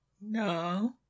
No